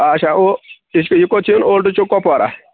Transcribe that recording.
اچھا اۄ یہِ کوٚت چھِ اۄلڈٕ چوک کپوارہ